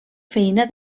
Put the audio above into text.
feina